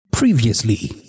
Previously